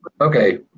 Okay